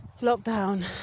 lockdown